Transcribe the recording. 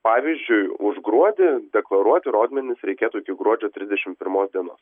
pavyzdžiui už gruodį deklaruoti rodmenis reikėtų iki gruodžio trisdešim pirmos dienos